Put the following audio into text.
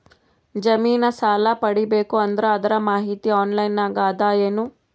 ಜಮಿನ ಸಾಲಾ ಪಡಿಬೇಕು ಅಂದ್ರ ಅದರ ಮಾಹಿತಿ ಆನ್ಲೈನ್ ನಾಗ ಅದ ಏನು?